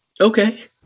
Okay